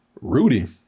Rudy